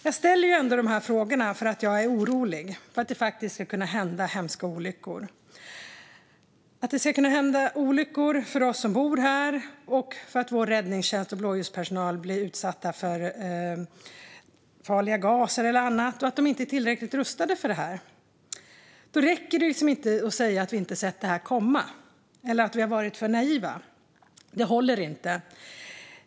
Jag ställer dessa frågor därför att jag är orolig för att det faktiskt kan hända hemska olyckor för oss som bor här och för att vår räddningstjänst eller blåljuspersonal blir utsatt för farliga gaser eller annat samt för att man inte är tillräckligt rustad för detta. Det räcker inte att säga att vi inte har sett det här komma eller att vi har varit för naiva. Det håller inte.